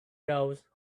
those